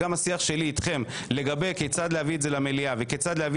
גם השיח שלי איתכם לגבי כיצד להביא את זה למליאה וכיצד להביא